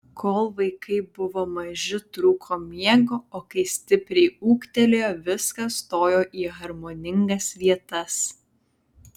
kol vaikai buvo maži trūko miego o kai stipriai ūgtelėjo viskas stojo į harmoningas vietas